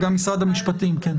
גם משרד המשפטים, כן.